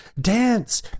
dance